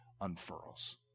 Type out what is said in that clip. unfurls